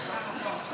8